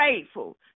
faithful